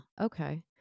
Okay